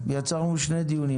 הם גם לא ידרשו מענק שדרוג.